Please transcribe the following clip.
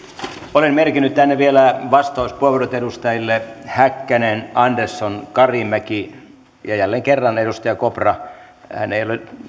olen merkinnyt tänne vielä vastauspuheenvuorot edustajille häkkänen andersson karimäki ja jälleen kerran kopra hän ei ole